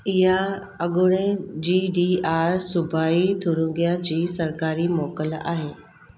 इहा अॻूणे G D R सूबाइ थुरिंगिया जी सरकारी मोकल आहे